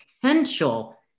potential